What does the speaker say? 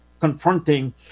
confronting